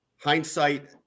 hindsight